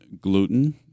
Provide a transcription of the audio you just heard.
gluten